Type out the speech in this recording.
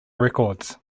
records